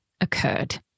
occurred